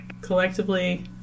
collectively